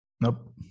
nope